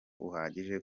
uhagije